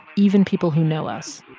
even people who know us.